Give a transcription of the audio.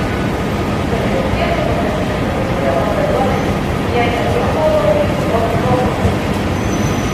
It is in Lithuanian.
galėtų tiesiai pasakyti kad buriama kariuomenė jei ne griunvaldo tai tiesiog proto mūšiui